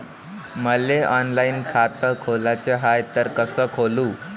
मले ऑनलाईन खातं खोलाचं हाय तर कस खोलू?